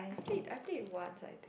I played I played once ah I think